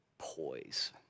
Poise